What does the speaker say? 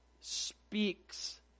speaks